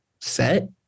set